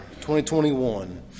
2021